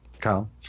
Kyle